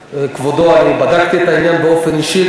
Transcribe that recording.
כבודו, אני בדקתי את העניין באופן אישי.